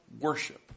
worship